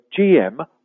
GM